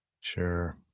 Sure